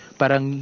parang